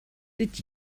did